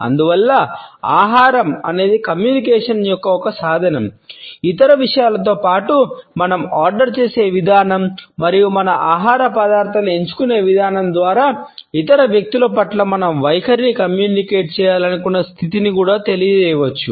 అందువల్ల ఆహారం అనేది కమ్యూనికేషన్ యొక్క ఒక సాధనం ఇతర విషయాలతోపాటు మనం ఆర్డర్ చేసే విధానం మరియు మన ఆహార పదార్థాలను ఎంచుకునే విధానం ద్వారా ఇతర వ్యక్తుల పట్ల మన వైఖరిని కమ్యూనికేట్ చేయాలనుకుంటున్న స్థితిని కూడా తెలియజేయవచ్చు